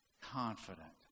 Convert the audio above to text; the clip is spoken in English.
confident